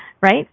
right